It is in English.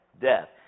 death